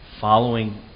following